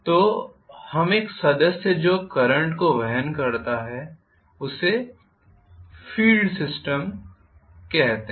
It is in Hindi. तो हम एक सदस्य जो करंट को वहन करता हैं उसे फ़ील्ड सिस्टम कहते हैं